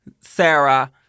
Sarah